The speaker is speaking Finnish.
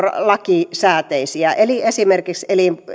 lakisääteisiä eli esimerkiksi